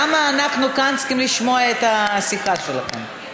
למה אנחנו כאן צריכים לשמוע את השיחה שלכם?